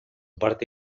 parte